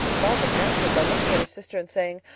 margaret answered by looking at her sister, and saying,